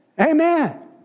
Amen